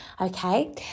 Okay